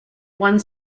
one